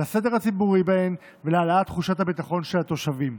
הסדר הציבורי בהן ולהעלאת תחושת הביטחון של התושבים.